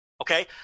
Okay